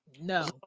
No